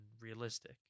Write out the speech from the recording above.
realistic